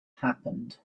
happened